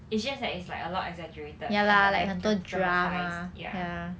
it's just like it's like a lot exaggerated and like dra~ dramatized ya